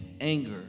anger